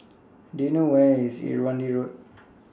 Do YOU know Where IS Irrawaddy Road